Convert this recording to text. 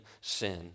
sin